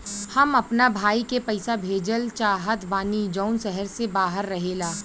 हम अपना भाई के पइसा भेजल चाहत बानी जउन शहर से बाहर रहेला